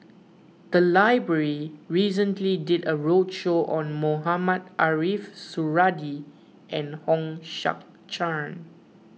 the library recently did a roadshow on Mohamed Ariff Suradi and Hong Sek Chern